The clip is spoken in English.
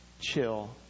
chill